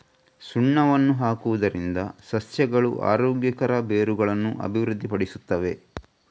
ಸುಣ್ಣವನ್ನು ಹಾಕುವುದರಿಂದ ಸಸ್ಯಗಳು ಆರೋಗ್ಯಕರ ಬೇರುಗಳನ್ನು ಅಭಿವೃದ್ಧಿಪಡಿಸುತ್ತವೆ